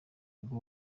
bwo